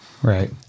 Right